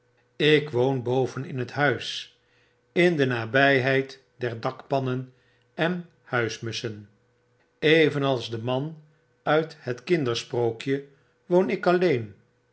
ik woon boven in het huis in de nabyheid der dakpannen en huismusschen evenals de man uit hetkindersprookje woon ik alleen